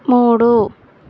మూడు